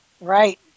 right